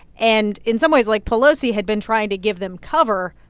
and in some ways, like, pelosi had been trying to give them cover.